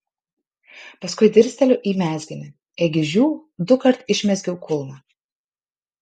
paskui dirsteliu į mezginį ėgi žiū dukart išmezgiau kulną